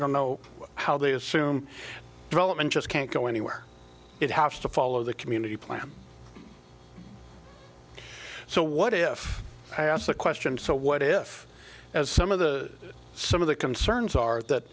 don't know how they assume development just can't go anywhere it has to follow the community plan so what if i asked the question so what if as some of the some of the concerns are that